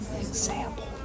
example